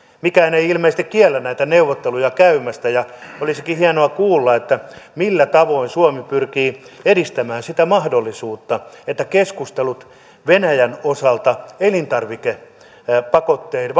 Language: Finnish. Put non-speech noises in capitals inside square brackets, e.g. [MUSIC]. mikään ei ilmeisesti kiellä käymästä näitä neuvotteluja ja olisikin hienoa kuulla millä tavoin suomi pyrkii edistämään sitä mahdollisuutta että keskustelut venäjän osalta elintarvikevastapakotteiden [UNINTELLIGIBLE]